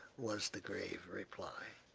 was the grave reply.